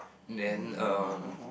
then um